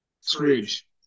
Scrooge